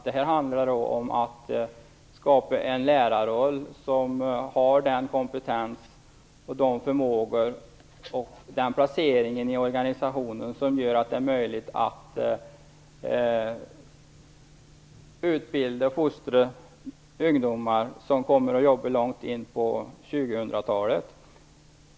Det handlar om att skapa en lärarroll som innebär att lärarna har den kompetens, de förmågor och den placering i organisationen som gör det möjligt att utbilda och fostra ungdomar som kommer att jobba långt in på 2000-talet.